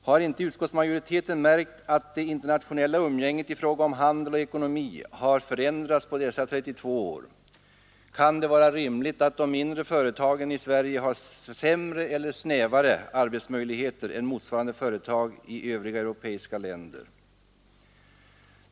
Har inte utskottsmajoriteten märkt att det internationella umgänget i fråga om handel och ekonomi har förändrats på dessa 32 år? Kan det vara rimligt att de mindre företagen i Sverige skall ha sämre eller snävare arbetsmöjligheter än motsvarande företag i övriga europeiska länder?